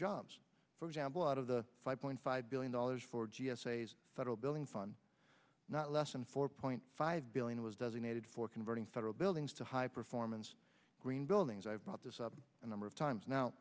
jobs for example out of the five point five billion dollars for g s a a federal building fund not less than four point five billion was doesn't needed for converting federal buildings to high performance green buildings i've brought this up a number of times now